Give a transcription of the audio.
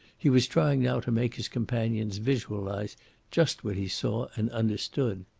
he was trying now to make his companions visualise just what he saw and understood.